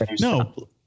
No